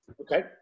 okay